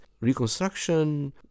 reconstruction